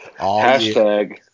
Hashtag